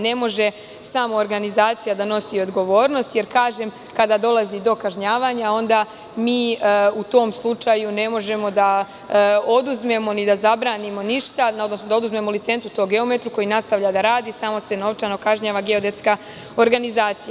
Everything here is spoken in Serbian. Ne može samo organizacija da nosi odgovornost, jer kažem, kada dolazi do kažnjavanja onda mi u tom slučaju ne možemo da oduzmemo ni da zabranimo ništa, odnosno da oduzmemo licencu tom geometru, koji nastavlja da radi, samo se novčano kažnjava geodetska organizacija.